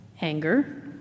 anger